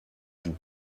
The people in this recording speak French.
vous